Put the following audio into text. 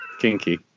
Kinky